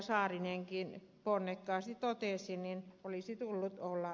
saarinenkin ponnekkaasti totesi avissa